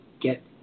get